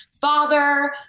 father